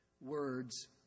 words